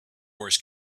wars